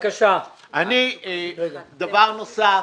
דבר נוסף.